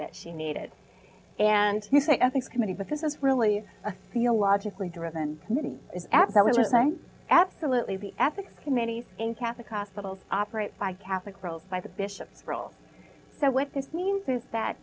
that she needed and ethics committee but this is really a feel logically driven committee absolutely absolutely the ethics committees in catholic ospital operate by catholic role by the bishops role so what this means is that